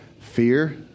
Fear